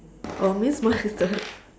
oh means mine is the